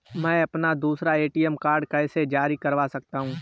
मैं अपना दूसरा ए.टी.एम कार्ड कैसे जारी कर सकता हूँ?